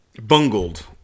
bungled